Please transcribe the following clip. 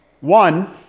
One